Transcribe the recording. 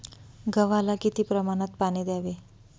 गव्हाला किती प्रमाणात पाणी द्यावे?